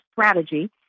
strategy